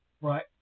Right